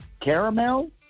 caramel